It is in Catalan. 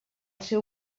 seu